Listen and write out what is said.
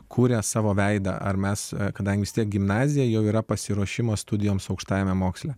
kūrę savo veidą ar mes kadangi vis tiek gimnazija jau yra pasiruošimas studijoms aukštajame moksle